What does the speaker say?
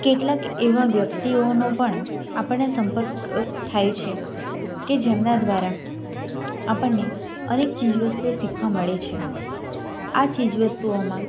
કેટલાંક એવા વ્યક્તિઓનો પણ આપણને સંપર્ક થાય છે કે જેમના દ્વારા આપણને અનેક ચીજ વસ્તુઓ શીખવા મળે છે આ ચીજ વસ્તુઓમાં